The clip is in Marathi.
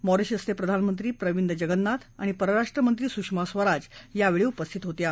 मॉरिशसचे प्रधानमंत्री प्रविंद जगन्नाथ आणि परराष्ट्र मंत्री सुषमा स्वराजही यावेळी उपस्थित होत्या